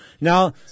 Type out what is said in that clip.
Now